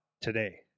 today